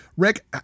Rick